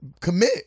commit